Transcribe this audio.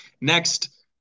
Next